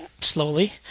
slowly